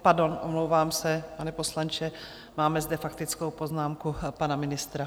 Pardon, omlouvám se, pane poslanče, máme zde faktickou poznámku pana ministra.